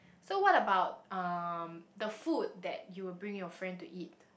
so what about um the food that you'll bring your friend to eat